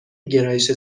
گرایش